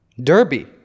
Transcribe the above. Derby